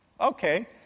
Okay